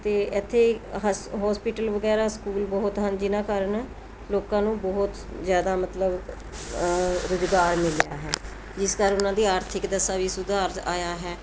ਅਤੇ ਇੱਥੇ ਹਸ ਹੋਸਪੀਟਲ ਵਗੈਰਾ ਸਕੂਲ ਬਹੁਤ ਹਨ ਜਿਨ੍ਹਾਂ ਕਾਰਨ ਲੋਕਾਂ ਨੂੰ ਬਹੁਤ ਜ਼ਿਆਦਾ ਮਤਲਬ ਰੁਜ਼ਗਾਰ ਮਿਲਿਆ ਹੈ ਜਿਸ ਕਾਰਨ ਉਹਨਾਂ ਦੀ ਆਰਥਿਕ ਦਸ਼ਾ ਵੀ ਸੁਧਾਰ ਆਇਆ ਹੈ